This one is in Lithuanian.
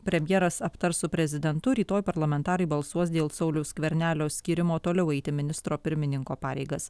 premjeras aptars su prezidentu rytoj parlamentarai balsuos dėl sauliaus skvernelio skyrimo toliau eiti ministro pirmininko pareigas